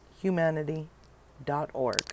humanity.org